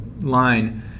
line